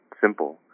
simple